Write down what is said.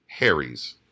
Harry's